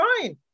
fine